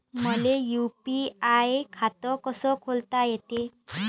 मले यू.पी.आय खातं कस खोलता येते?